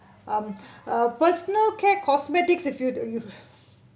um ah personal care cosmetics if you'd you